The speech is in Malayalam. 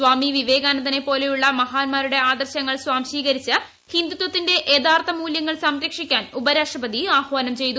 സാമി വിവേകാനന്ദനെ പോലെയുള്ള മഹാന്മാരുടെ ആദർശങ്ങൾ സ്വാംശീകരിച്ച് ഹിന്ദുത്വത്തിന്റെ യഥാർത്ഥ മൂല്യങ്ങൾ സംരക്ഷിക്കാൻ ഉപരാഷ്ട്രപതി ആഹ്വാനം ചെയ്തു